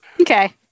Okay